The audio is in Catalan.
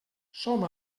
som